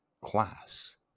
class